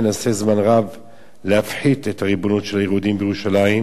להפחית את הריבונות של היהודים בירושלים ובעיר העתיקה.